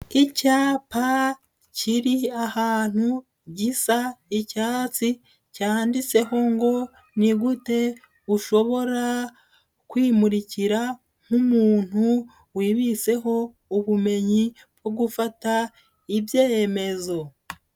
Icyapa kiri ahantu gisa icyatsi cyanditseho ngo ni gute ushobora kwimurikira nk'umuntu wibitseho ubumenyi bwo gufata ibyemezo.